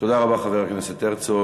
תודה רבה, חבר הכנסת הרצוג.